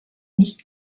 nicht